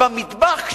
במטבח,